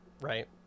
Right